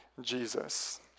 Jesus